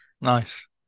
Nice